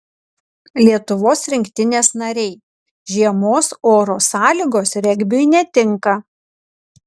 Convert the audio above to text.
lietuvos rinktinės nariai žiemos oro sąlygos regbiui netinka